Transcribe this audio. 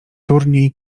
turniej